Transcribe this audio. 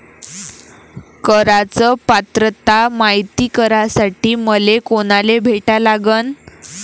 कराच पात्रता मायती करासाठी मले कोनाले भेटा लागन?